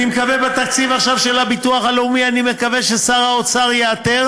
אני מקווה שבתקציב של הביטוח הלאומי שר האוצר ייעתר